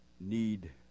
need